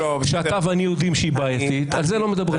שאתה ואני יודעים שהיא בעייתית על זה לא מדברים.